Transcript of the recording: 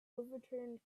overturned